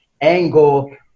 angle